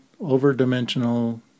over-dimensional